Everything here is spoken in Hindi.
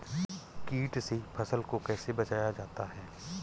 कीट से फसल को कैसे बचाया जाता हैं?